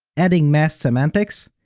adding masked semantics?